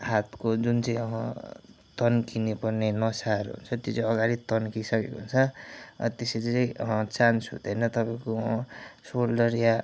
हातको जुन चाहिँ तन्किनुपर्ने नसाहरू हुन्छ त्यो चाहिँ अगाडि तन्किसकेको हुन्छ त्यसरी चाहिँ चान्स हुँदैन तपाईँको सोल्डर या